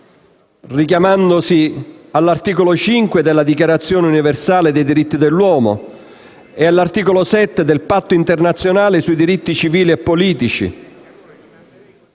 richiamandosi all'articolo 6 della Dichiarazione universale dei diritti dell'uomo e all'articolo 7 del Patto internazionale sui diritti civili e politici.